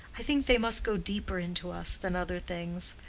i think they must go deeper into us than other things.